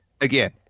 again